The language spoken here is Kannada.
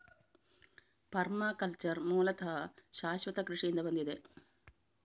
ಪರ್ಮಾಕಲ್ಚರ್ ಮೂಲತಃ ಶಾಶ್ವತ ಕೃಷಿಯಿಂದ ಬಂದಿದೆ